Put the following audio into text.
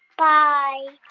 bye